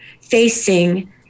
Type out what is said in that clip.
facing